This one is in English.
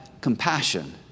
compassion